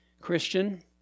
Christian